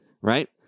right